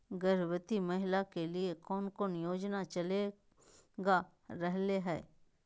गर्भवती महिला के लिए कौन कौन योजना चलेगा रहले है?